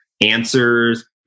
answers